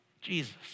Jesus